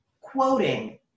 quoting